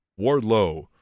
Wardlow